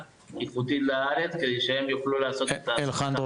איכותית לארץ כדי שהם יוכלו לעשות --- אלחנדרו,